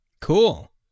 Cool